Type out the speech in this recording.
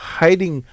hiding